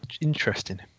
Interesting